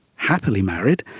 happily married,